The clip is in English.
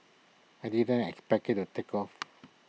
I didn't expect IT to take off